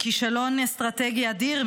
מכישלון אסטרטגי אדיר,